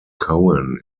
cohen